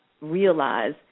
realize